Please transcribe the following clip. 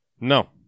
no